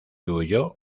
huyó